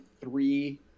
three